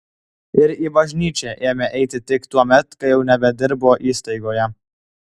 ir į bažnyčią ėmė eiti tiktai tuomet kai jau nebedirbo įstaigoje